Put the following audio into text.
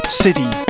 city